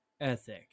ethic